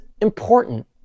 important